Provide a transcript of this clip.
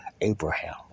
Abraham